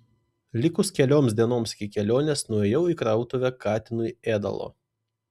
likus kelioms dienoms iki kelionės nuėjau į krautuvę katinui ėdalo